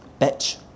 Bitch